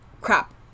crap